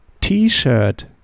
T-Shirt